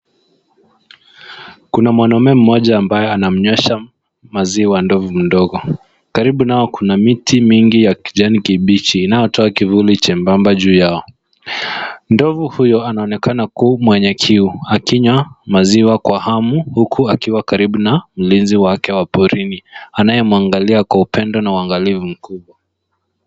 Kuna mwanaume mmoja ambaye anamnywesha maziwa ndovu mdogo. Karibu nao kuna miti mingi ya kijani kibichi inaotoa kivuli chebamba juu yao. Ndovu huyo anaonekana kuwa mwenye kiu akinywa maziwa kwa hamu huku akiwa karibu na mlinzi wake wa porini anayemwangalia kwa upendo na uangalifu mkubwa.